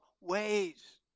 ways